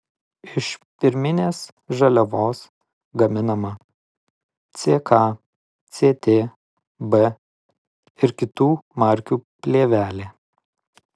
iš pirminės žaliavos gaminama ck ct b ir kitų markių plėvelė